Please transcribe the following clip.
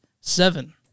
Seven